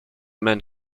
men